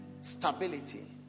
stability